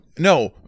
No